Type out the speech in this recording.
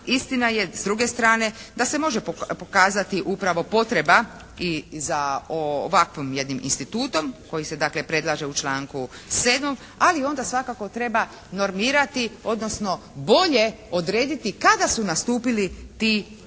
istina je s druge strane da se može pokazati upravo potreba i za ovakvim jednim institutom koji se dakle predlaže u članku 7. ali onda svakako treba normirati, odnosno bolje odrediti kada su nastupili ti posebni